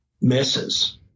misses